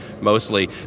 mostly